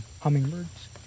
hummingbirds